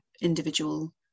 individual